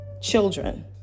children